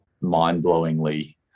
mind-blowingly